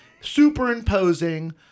Superimposing